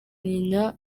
nyina